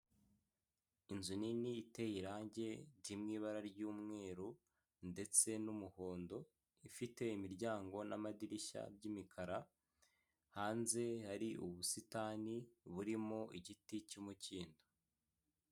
Inzu nini iteye irangi riri mu ibara ry'umweru ndetse n'umuhondo ifite imiryango n'amadirishya by'imikara hanze, hari ubusitani burimo igiti cy'umukindo.